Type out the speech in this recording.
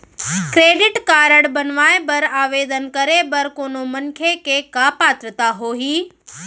Credit card बनवाए बर आवेदन करे बर कोनो मनखे के का पात्रता होही?